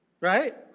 Right